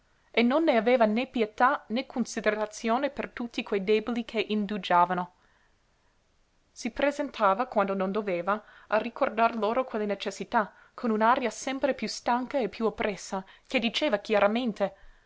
e non aveva né pietà né considerazione per tutti quei deboli che indugiavano si presentava quando non doveva a ricordar loro quelle necessità con un'aria sempre piú stanca e piú oppressa che diceva chiaramente